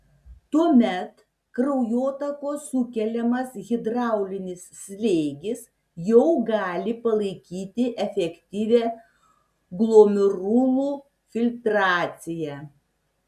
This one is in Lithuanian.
tuomet kraujotakos sukeliamas hidraulinis slėgis jau gali palaikyti efektyvią glomerulų filtraciją